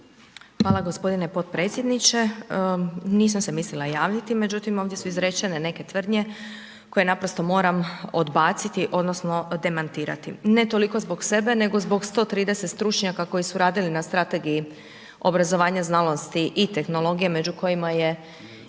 Hvala g. potpredsjedniče, nisam se mislila javiti međutim ovdje su izrečene neke tvrdnje koje naprosto moram odbaciti odnosno demantirati. Ne toliko zbog sebe nego zbog 130 stručnjaka koji su radili na Strategiji obrazovanja, znanosti i tehnologije među kojima je